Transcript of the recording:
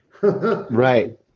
right